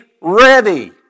ready